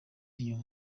inyuma